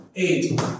Eight